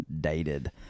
dated